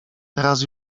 teraz